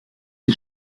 est